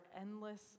endless